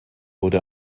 wurde